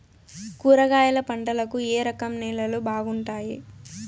కూరగాయల పంటలకు ఏ రకం నేలలు బాగుంటాయి?